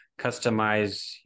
customize